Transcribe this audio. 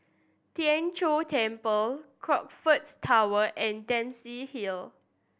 Tien Chor Temple Crockfords Tower and Dempsey Hill